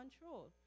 control